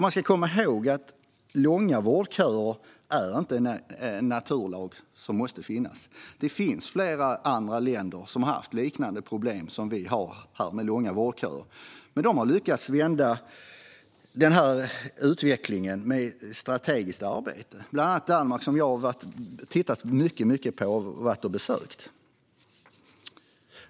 Man ska komma ihåg att långa vårdköer inte är en naturlag som måste finnas. Det finns flera andra länder som har haft liknande problem som vi har med långa vårdköer, men de har lyckats vända denna utveckling genom ett strategiskt arbete. Det gäller bland annat Danmark som jag har tittat mycket på och besökt.